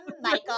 Michael